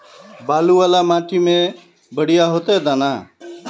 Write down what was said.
बालू वाला माटी में बढ़िया होते दाना?